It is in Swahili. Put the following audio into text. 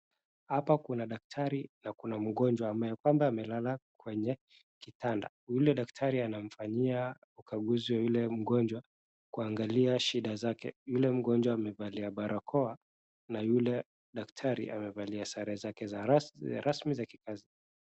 Hapa kuna daktari na kuna mgonjwa ambaye kwamba amelala kwenye kitanda. Yule daktari anamfanyia ukaguzi yule mgonjwa kuangalia shida zake. Yule mgonjwa amevalia barakoa na yule daktari amevalia sare zake za rasmi za kikazi.